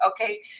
Okay